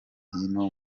hino